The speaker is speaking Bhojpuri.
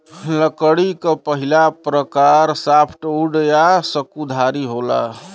लकड़ी क पहिला प्रकार सॉफ्टवुड या सकुधारी होला